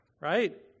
right